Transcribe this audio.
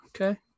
okay